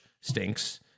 stinks